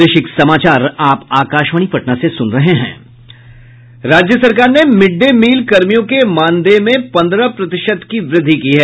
राज्य सरकार ने मिड डे मील कर्मियों के मानदेय में पंद्रह प्रतिशत की वृद्धि की है